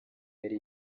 yari